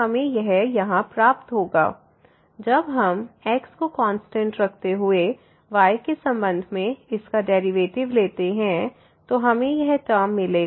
हमें यहां यह प्राप्त होगा y65xy4xy23 जब हम x को कांस्टेंट रखते हुए y के संबंध में इसका डेरिवेटिव लेते हैं तो हमें यह टर्म मिलेगा